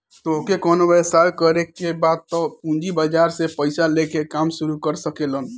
तोहके कवनो व्यवसाय करे के बा तअ पूंजी बाजार से पईसा लेके काम शुरू कर सकेलअ